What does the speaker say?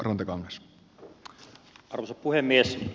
arvoisa puhemies